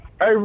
Hey